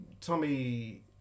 Tommy